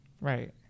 Right